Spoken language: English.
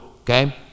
Okay